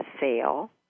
sale